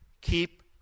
Keep